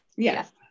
Yes